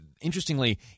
Interestingly